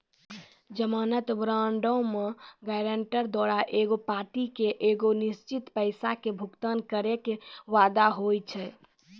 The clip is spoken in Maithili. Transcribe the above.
जमानत बांडो मे गायरंटर द्वारा एगो पार्टी के एगो निश्चित पैसा के भुगतान करै के वादा होय छै